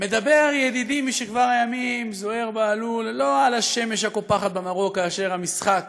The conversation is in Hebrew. מדבר ידידי משכבר הימים זוהיר בהלול לא על השמש הקופחת במרום כאשר המשחק